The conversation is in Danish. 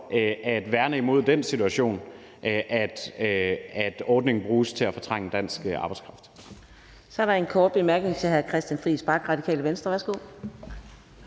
at værne imod den situation, at ordningen bruges til at fortrænge dansk arbejdskraft. Kl. 17:33 Fjerde næstformand (Karina Adsbøl): Så er der en kort bemærkning til hr. Christian Friis Bach, Radikale Venstre. Værsgo.